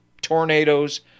tornadoes